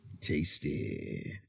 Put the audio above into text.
Tasty